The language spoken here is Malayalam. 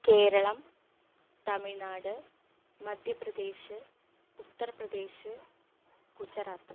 കേരളം തമിഴ്നാട് മധ്യ പ്രദേശ് ഉത്തര് പ്രദേശ് ഗുജറാത്ത്